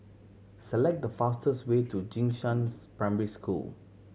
select the fastest way to Jing Shan's Primary School